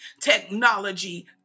technology